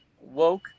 Woke